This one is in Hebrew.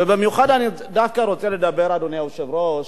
ובמיוחד אני דווקא רוצה לדבר, אדוני היושב-ראש,